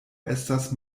estas